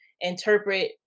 interpret